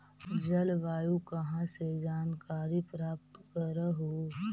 जलवायु कहा से जानकारी प्राप्त करहू?